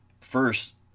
First